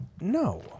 No